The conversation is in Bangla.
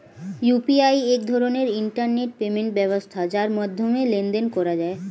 ইউ.পি.আই এক ধরনের ইন্টারনেট পেমেন্ট ব্যবস্থা যার মাধ্যমে লেনদেন করা যায়